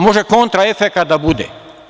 Može kontraefekat da bude.